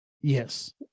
yes